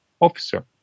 officer